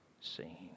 seen